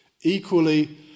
Equally